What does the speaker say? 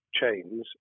Chains